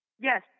Yes